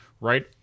right